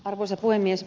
arvoisa puhemies